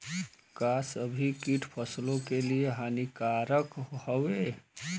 का सभी कीट फसलों के लिए हानिकारक हवें?